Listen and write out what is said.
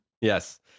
Yes